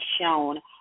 shown